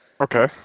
Okay